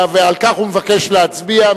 ועל כך הוא מבקש להצביע,